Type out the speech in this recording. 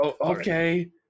Okay